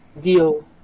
deal